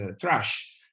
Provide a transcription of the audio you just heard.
trash